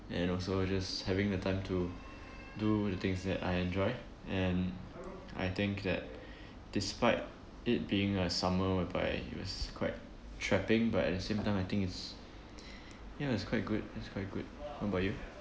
and also just having the time to do the things that I enjoy and I think that despite it being a summer whereby it's quite trapping but at the same time I think it's yeah it's quite good it's quite good what about you